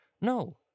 No